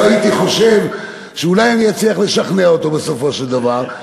הייתי חושב שאולי אני אצליח לשכנע אותו בסופו של דבר.